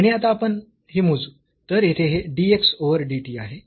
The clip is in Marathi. आणि आता आपण हे मोजू तर येथे हे dx ओव्हर dt आहे